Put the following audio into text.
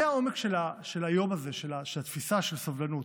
זה העומק של היום הזה, של התפיסה של סובלנות,